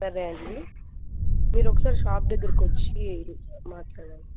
సరే అండి మీరు ఒకసారి షాప్ దగ్గరకొచ్చి మాట్లాడండి